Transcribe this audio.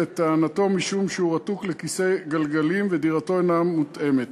לטענתו משום שהוא רתוק לכיסא גלגלים ודירתו אינה מותאמת.